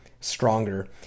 stronger